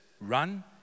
run